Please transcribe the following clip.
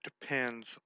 depends